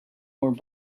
more